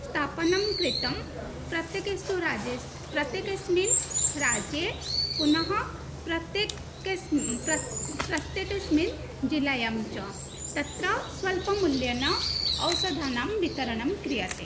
स्थापनं कृतं प्रत्येकेषु राज्येषु प्रत्येकेस्मिन् राज्ये पुनः प्रतेकस् प्र प्रत्येकस्मिन् जिल्लायां च तत्र स्वल्पमूल्येन औषधानां वितरणं क्रियते